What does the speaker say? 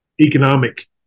economic